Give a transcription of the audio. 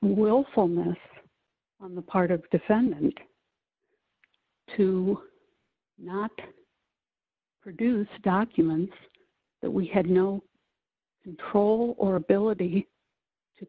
willfulness on the part of the defendant to not produce documents that we had no control or ability to